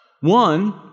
One